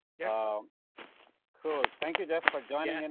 yeah cool, thank you jeff for joining. and